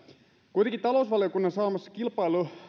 kuitenkin talousvaliokunnan saamassa kilpailu